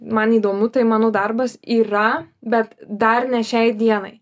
man įdomu tai mano darbas yra bet dar ne šiai dienai